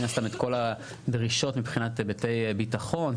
הסתם את כל הדרישות מבחינת היבטי ביטחון,